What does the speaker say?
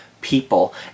people